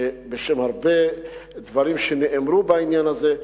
בשם הרבה דברים שנאמרו בעניין הזה,